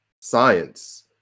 science